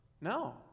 No